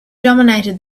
dominated